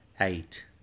Eight